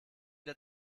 der